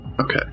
Okay